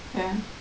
math